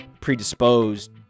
predisposed